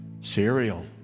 Cereal